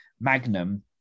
Magnum